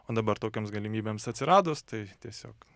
o dabar tokioms galimybėms atsiradus tai tiesiog